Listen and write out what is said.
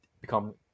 become